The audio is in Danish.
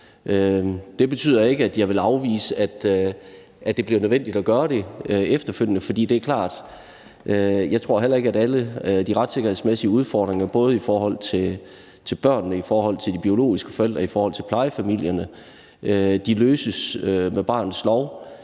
Det betyder ikke, at jeg vil afvise, at det bliver nødvendigt at gøre det efterfølgende, for det er klart, at jeg heller ikke tror, at alle de retssikkerhedsmæssige udfordringer både i forhold til børnene, i forhold til de biologiske forældre og i forhold til plejefamilierne løses med barnets lov.